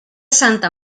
santa